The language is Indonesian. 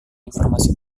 informasi